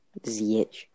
ZH